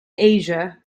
asia